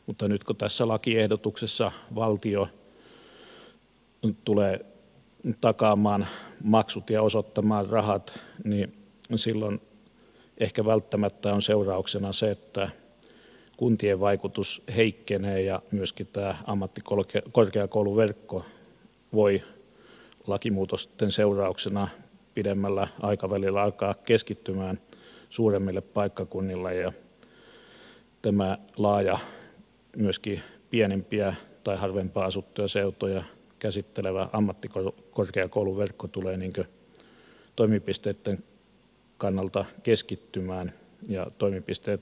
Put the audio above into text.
mutta nyt kun tässä lakiehdotuksessa valtio tulee takaamaan maksut ja osoittamaan rahat niin silloin ehkä välttämättä on seurauksena se että kuntien vaikutus heikkenee ja myöskin ammattikorkeakouluverkko voi lakimuutosten seurauksena pidemmällä aikavälillä alkaa keskittymään suuremmille paikkakunnille ja tämä laaja myöskin pienempiä tai harvempaan asuttuja seutuja käsittelevä ammattikorkeakouluverkko tulee toimipisteitten kannalta keskittymään ja toimipisteet vähenevät